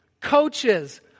coaches